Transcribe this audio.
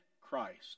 Christ